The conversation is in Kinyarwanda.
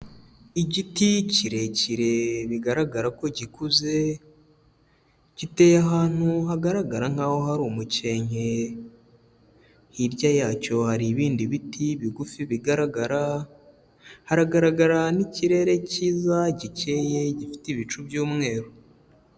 Igiti kirekire bigaragara ko gikuze, giteye ahantu hagaragara nkaho hari umukenke, hirya yacyo hari ibindi biti bigufi bigaragara, hagaragara n'ikirere cyiza gikeye gifite ibicu by'umweru.